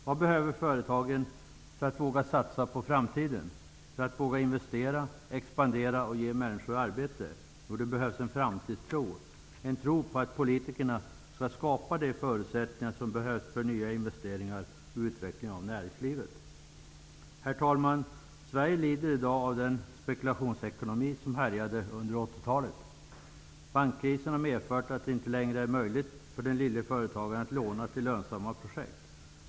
Vad behöver företagen för att våga satsa på framtiden, för att våga investera, expandera och ge människor arbete? Jo, de behöver en framtidstro, en tro på att politikerna skall skapa de förutsättningar som behövs för nya investeringar och utveckling av näringslivet. Herr talman! Sverige lider i dag av den spekulationsekonomi som härjade under 80-talet. Bankkrisen har medfört att det inte längre är möjligt för den lille företagaren att låna till lönsamma projekt.